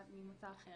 בת ממוצא אחר.